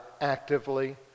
actively